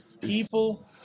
People